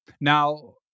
Now